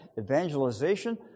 evangelization